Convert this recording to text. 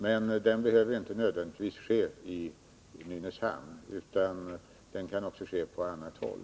Den genomgången behöver inte nödvändigtvis ske i Nynäshamn, utan den kan också göras på annat håll.